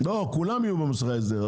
זיכרונו לברכה --- כולם יהיו במוסכי ההסדר,